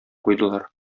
куйдылар